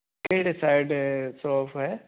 ਕਿਹੜੇ side shop ਐ